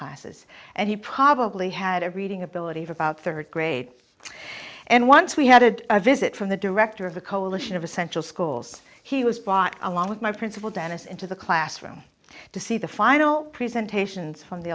classes and he probably had a reading ability of about third grade and once we had a visit from the director of the coalition of essential schools he was brought along with my principal denis into the classroom to see the final presentations from the